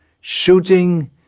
Shooting